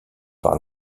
par